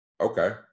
Okay